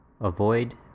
Avoid